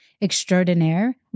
extraordinaire